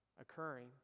occurring